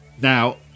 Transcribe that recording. Now